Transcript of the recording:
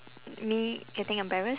me getting embarrassed